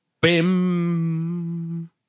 Bim